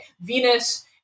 Venus